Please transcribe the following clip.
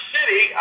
City